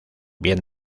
bien